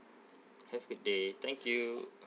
have a good day thank you